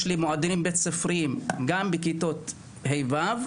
יש לי מועדונים בית ספריים בכיתות ה'-ו',